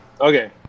okay